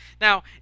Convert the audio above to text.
Now